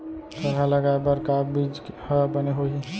थरहा लगाए बर का बीज हा बने होही?